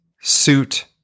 suit